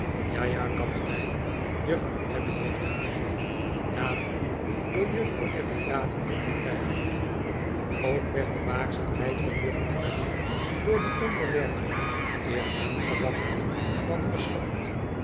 ja ja kapitein i juffirouw abbey heeft gelijk laat u door jufifrouw abbey raden kapitein ook werd de waakzaamheid van juffrouw abbey door die onderwerping eer aangewakkerd dan verslapt